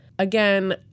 Again